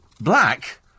Black